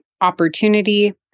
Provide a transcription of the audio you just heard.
opportunity